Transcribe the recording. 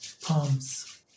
Palms